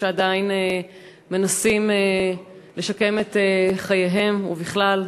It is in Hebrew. שעדיין מנסים לשקם את חייהם ובכלל.